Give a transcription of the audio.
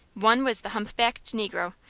one was the hump-backed negro,